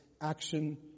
action